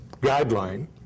guideline